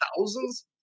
thousands